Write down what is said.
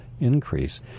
increase